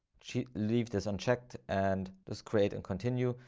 should leave this unchecked, and just create and continue.